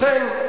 לכן,